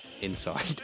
inside